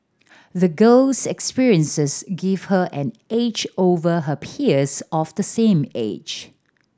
the girl's experiences give her an edge over her peers of the same age